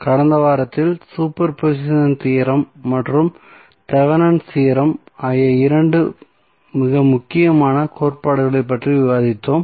கடந்த வாரத்தில் superposition theorem மற்றும் தேவெனின்ஸ் தியோரம் Thevenins theorem ஆகிய இரண்டு மிக முக்கியமான கோட்பாடுகளைப் பற்றி விவாதித்தோம்